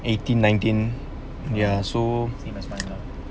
eighteen nineteen ya so it's minor